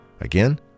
Again